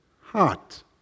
heart